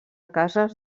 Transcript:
cases